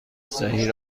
صحیح